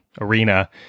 arena